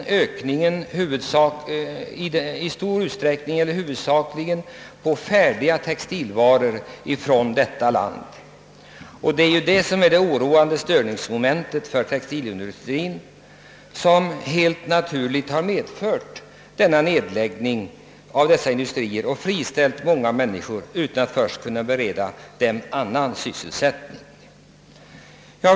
Ökningen faller sålunda huvudsakligen på färdiga textilvaror från Korea. Detta är oroande för textilindustrien och har helt naturligt medfört nedläggningar av industrier och friställande äv många människor utan att man kunnat bereda dem annan sysselsättning. '